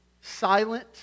silent